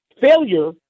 failure